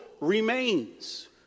remains